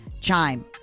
Chime